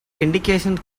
indications